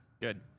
good